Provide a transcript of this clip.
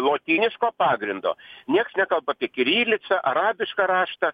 lotyniško pagrindo nieks nekalba apie kirilicą arabišką raštą